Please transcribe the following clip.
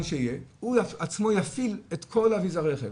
שיהיה הוא עצמו יפעיל את כל אביזרי הרכב,